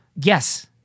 Yes